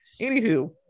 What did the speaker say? anywho